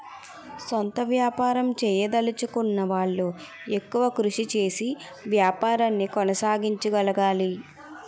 సొంత వ్యాపారం చేయదలచుకున్న వాళ్లు ఎక్కువ కృషి చేసి వ్యాపారాన్ని కొనసాగించగలగాలి